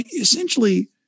essentially